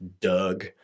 Doug